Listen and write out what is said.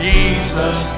Jesus